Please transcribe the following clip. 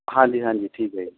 ਹਾਂਜੀ ਹਾਂਜੀ ਠੀਕ ਹੈ ਜੀ